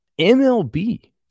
MLB